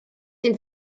den